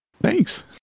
thanks